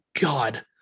God